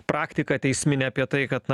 praktika teisminė apie tai kad na